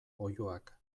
oiloak